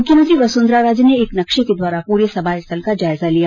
मुख्यमंत्री वसुंधरा राजे ने एक नक्शे के द्वारा पूरे सभा स्थल का जायजा लिया